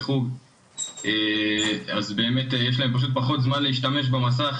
חוג ואז באמת יש להם פחות זמן להשתמש במסך